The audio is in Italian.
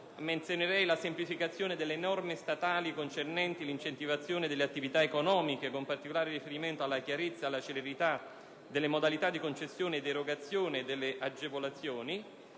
quello della semplificazione delle norme statali concernenti l'incentivazione delle attività economiche, con particolare riferimento alla chiarezza e alla celerità delle modalità di concessione ed erogazione delle agevolazioni,